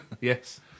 Yes